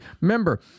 Remember